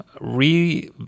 Re